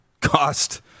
cost